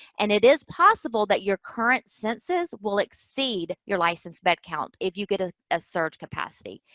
and it is possible that your current census will exceed your licensed bed count if you get ah a surge capacity.